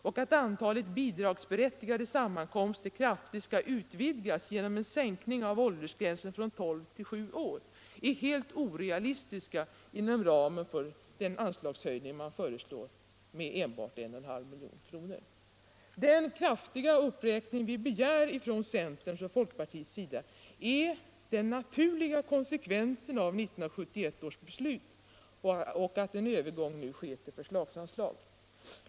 och att antalet bidragsberättigade sammankomster kraftigt skall utvidgas genom en sänkning av åldersgränsen från 12 till 7 år är helt orealistiska inom ramen för den anslagshöjning man föreslår med enbart 1,5 milj.kr. Den kraftiga uppräkning vi begär från centerns och folkpartiets sida är den naturliga konsekvensen av 1971 års beslut och av att en övergång nu sker till förslagsanslag.